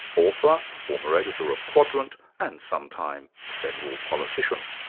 author, former editor of quadrant and sometime federal politician.